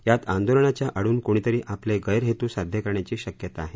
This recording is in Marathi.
यात आन्दोलनाच्या आडून कुणीतरी आपले गैरहेतू साध्य करण्याची शक्यता आहे